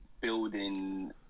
building